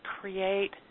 create